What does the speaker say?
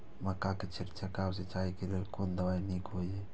मक्का के छिड़काव सिंचाई के लेल कोन दवाई नीक होय इय?